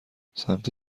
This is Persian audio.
سمت